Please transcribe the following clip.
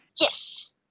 Yes